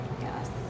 yes